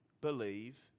believe